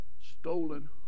stolen